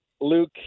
Luke